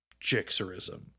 jixerism